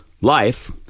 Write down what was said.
life